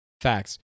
facts